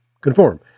conform